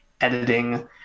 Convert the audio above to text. editing